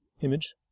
image